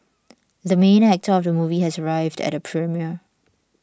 the main actor of the movie has arrived at the premiere